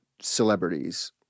celebrities